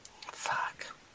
Fuck